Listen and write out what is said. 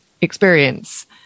experience